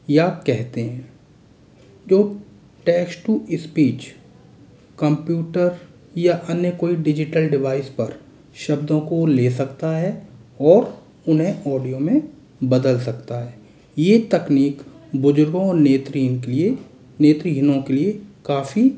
या कहते हैं जो टेक्श्ट टू इस्पीच कंप्यूटर या अन्य कोई डिजिटल डिवाइस पर शब्दों को ले सकता है और उन्हें ऑडियो में बदल सकता है ये तकनीक बुज़ुर्गों नेत्रहीन के लिए नेत्रीहीनों के लिए काफ़ी